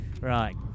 Right